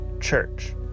church